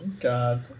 God